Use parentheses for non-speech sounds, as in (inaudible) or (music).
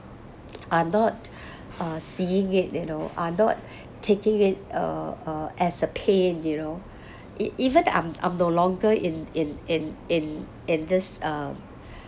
are not (breath) uh seeing it you know are not (breath) taking it uh uh as a pain you know (breath) e~ even I'm I'm no longer in in in in in this uh